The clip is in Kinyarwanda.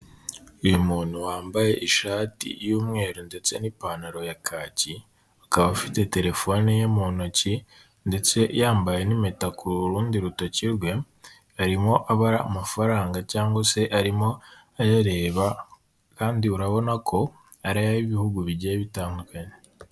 Uyu muntu wambaye ishati y'umweru ndetse n'ipantaro ya kaki, akaba afite telefone ye mu ntoki ndetse yambaye n'impeta ku rundi rutoki rwe, arimo abara amafaranga cyangwa se arimo ayareba kandi urabona ko ari ay'ibihugu bigiye bitandukanye.